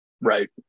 Right